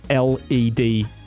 LED